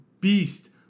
beast